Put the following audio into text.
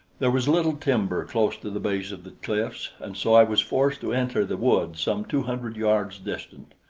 there was little timber close to the base of the cliffs, and so i was forced to enter the wood some two hundred yards distant.